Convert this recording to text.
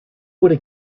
would